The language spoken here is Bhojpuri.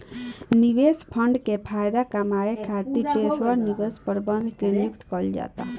निवेश फंड से फायदा कामये खातिर पेशेवर निवेश प्रबंधक के नियुक्ति कईल जाता